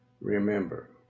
Remember